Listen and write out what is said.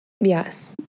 yes